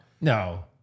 No